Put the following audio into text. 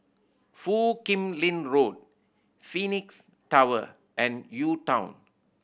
Foo Kim Lin Road Phoenix Tower and UTown